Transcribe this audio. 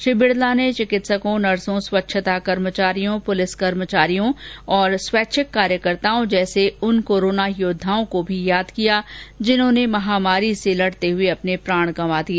श्री बिड़ला ने चिकित्सकों नर्सों स्वच्छता कर्मचारियों पुलिस कर्मियों और स्वैच्छिक कार्यकर्ताओं जैसे उन कोरोना योद्वाओं को भी याद किया जिन्होंने महामारी से लड़ते हुए अपने प्राण गवां दिए